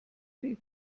viel